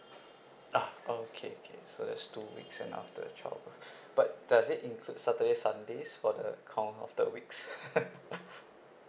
uh okay okay so there's two weeks and after the childbirth but does it include saturday sundays for the count of the weeks